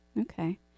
Okay